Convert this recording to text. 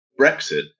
Brexit